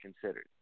considered